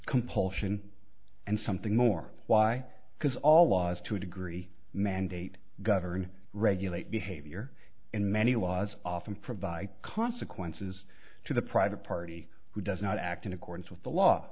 compulsion and something more why because all laws to a degree mandate govern regulate behavior in many laws often provide consequences to the private party who does not act in accordance with the law